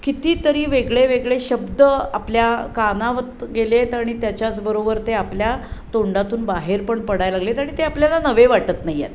कितीतरी वेगळे वेगळे शब्द आपल्या कानावरुन गेले आहेत आणि त्याच्याचबरोबर ते आपल्या तोंडातून बाहेर पण पडायला लागले आहेत आणि ते आपल्याला नवे वाटत नाही आहेत